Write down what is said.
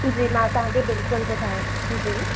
जी मां तव्हांखे बिल्कुलु ॿुधायां जी